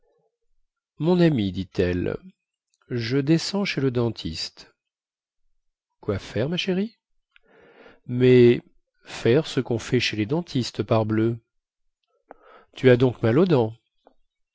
mon ami dit-elle je descends chez le dentiste quoi faire ma chérie mais faire ce quon fait chez les dentistes parbleu tu as donc mal aux dents